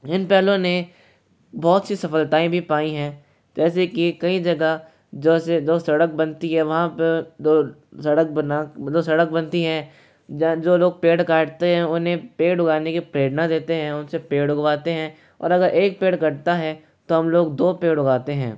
इन पहलों ने बहुत सी सफलताएँ भी पायी हैं जैसे कि कई जगह जैसे जो सड़क बनती है वहाँ पर दो सड़क बना जो सड़क बनती हैं जो लोग पेड़ काटते हैं उन्हें पेड़ उगाने की प्रेरणा देते हैं उनसे पेड़ उगवाते हैं और अगर एक पेड़ कटता हैं तो हम लोग दो पेड़ उगाते हैं